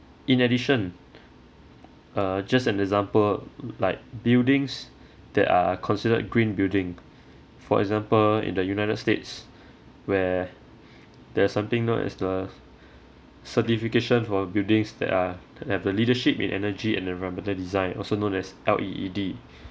in addition uh just an example like buildings that are considered green building for example in the united states where there's something known as the certification for buildings that are that have the leadership in energy and environmental design also known as L_E_E_D